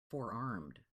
forearmed